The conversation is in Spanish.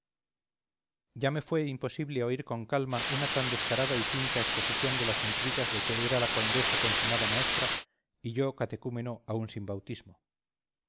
ya me fue imposible oír con calma una tan descarada y cínica exposición de las intrigas en que era la condesa consumada maestra y yo catecúmeno aún sin bautismo